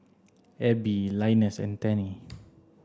Abbey Linus and Tennie